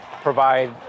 provide